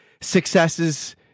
successes